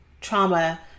trauma